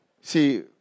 See